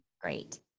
Great